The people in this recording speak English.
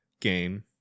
game